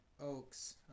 Oaks